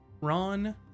ron